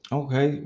okay